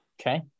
Okay